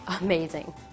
amazing